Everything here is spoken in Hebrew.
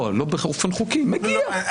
לא באופן חוקי, אבל מגיע.